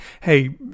hey